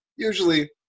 Usually